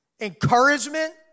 Encouragement